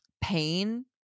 pain